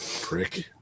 prick